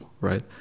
right